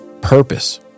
purpose